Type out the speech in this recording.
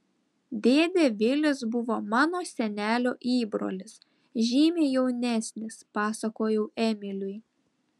dėdė vilis buvo mano senelio įbrolis žymiai jaunesnis pasakojau emiliui